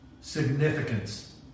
significance